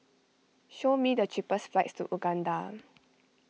show me the cheapest flights to Uganda